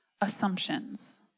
assumptions